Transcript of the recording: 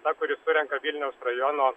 ta kuri surenka vilniaus rajono